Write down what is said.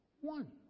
one